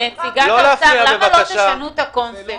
למה לא לשנות את הקונספט,